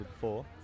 four